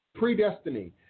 predestiny